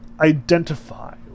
identify